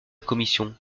commission